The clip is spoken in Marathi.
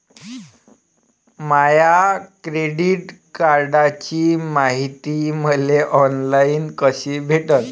माया क्रेडिट कार्डची मायती मले ऑनलाईन कसी भेटन?